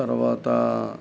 తర్వాత